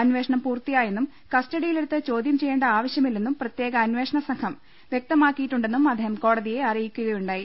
അന്വേഷണം പൂർത്തിയാ യെന്നും കസ്റ്റ ഡിയിലെടുത്ത് ചോദ്യം ചെയ്യേണ്ട ആവശ്യമില്ലെന്നും പ്രത്യേക അന്വേഷണസംഘം വൃക്തമാ ക്കിയിട്ടുണ്ടെന്നും അദ്ദേഹം കോടതിയെ അറിയിക്കുകയു ണ്ടായി